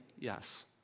yes